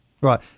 right